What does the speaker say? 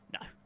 No